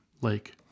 lake